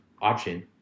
option